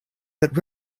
that